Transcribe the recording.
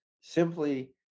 simply